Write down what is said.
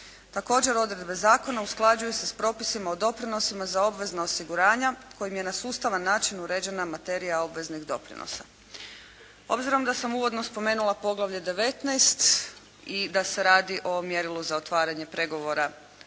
Također odredbe zakona usklađuju se s propisima o doprinosima za obvezna osiguranja kojim je na sustava način uređena materija obveznih doprinosa. Obzirom da sam uvodno spomenula poglavlje 19. i da se radi o mjerilu za otvaranje pregovora